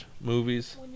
movies